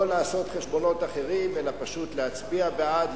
לא לעשות חשבונות אחרים אלא פשוט להצביע בעד,